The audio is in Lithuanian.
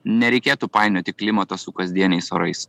nereikėtų painioti klimato su kasdieniais orais